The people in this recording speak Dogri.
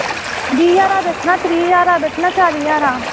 बीह् ज्हारा दा बेचना त्रीऽ ज्हारा दा बेचना चाली ज्हारा दा